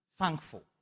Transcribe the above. thankful